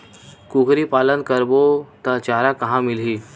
कुकरी पालन करबो त चारा कहां मिलही?